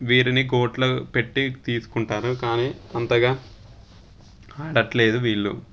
వీరిని కోట్ల పెట్టి తీసుకుంటారు కానీ అంతగా ఆడట్లేదు వీళ్ళు